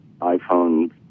iPhone